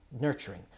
nurturing